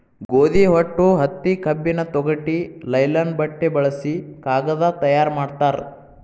ಗೋದಿ ಹೊಟ್ಟು ಹತ್ತಿ ಕಬ್ಬಿನ ತೊಗಟಿ ಲೈಲನ್ ಬಟ್ಟೆ ಬಳಸಿ ಕಾಗದಾ ತಯಾರ ಮಾಡ್ತಾರ